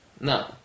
No